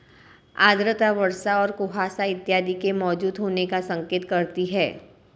आर्द्रता वर्षा और कुहासा इत्यादि के मौजूद होने का संकेत करती है